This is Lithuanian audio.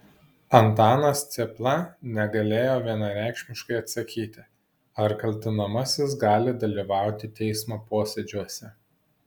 antanas cėpla negalėjo vienareikšmiškai atsakyti ar kaltinamasis gali dalyvauti teismo posėdžiuose